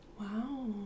Wow